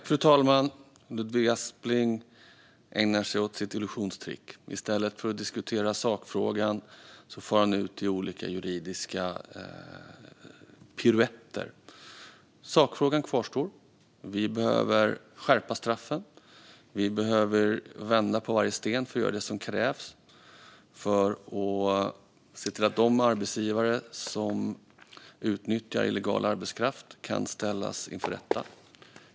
Fru talman! Ludvig Aspling ägnar sig åt sitt illusionstrick. I stället för att diskutera sakfrågan far han ut i olika juridiska piruetter. Sakfrågan kvarstår: Vi behöver skärpa straffen, och vi behöver vända på varje sten för att göra det som krävs för att se till att de arbetsgivare som utnyttjar illegal arbetskraft kan ställas inför rätta.